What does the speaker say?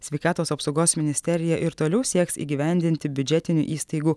sveikatos apsaugos ministerija ir toliau sieks įgyvendinti biudžetinių įstaigų